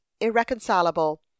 irreconcilable